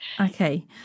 Okay